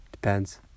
Depends